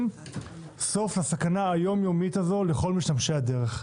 סוף לסכנה היומיומית הזו לכל משתמשי הדרך.